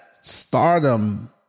stardom